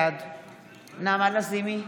בעד נעמה לזימי,